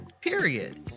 period